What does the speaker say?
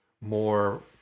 more